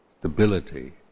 stability